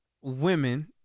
Women